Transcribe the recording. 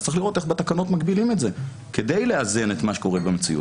צריך לראות איך בתקנות מגבילים את זה כדי לאזן את מה שקורה במציאות.